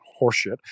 horseshit